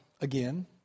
again